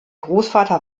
großvater